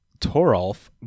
torolf